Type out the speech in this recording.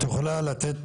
את יכולה לתת